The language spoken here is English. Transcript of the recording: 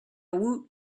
woot